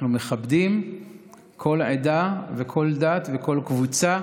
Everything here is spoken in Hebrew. אנחנו מכבדים כל עדה וכל עדה וכל דת וכל קבוצה,